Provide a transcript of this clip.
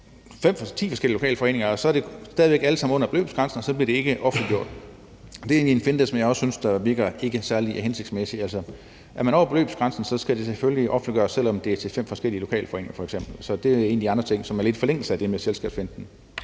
ti forskellige lokalforeninger, hvis der er det, og så er det stadig væk alt sammen under beløbsgrænsen, og så bliver det ikke offentliggjort. Det er egentlig også en finte, som jeg heller ikke synes virker særlig hensigtsmæssigt. Er man over beløbsgrænsen, skal det selvfølgelig offentliggøres, selv om beløbet er fordelt til fem forskellige lokalforeninger f.eks. Så det er en af de andre ting, som ligger lidt i forlængelse af det med selskabsfinten.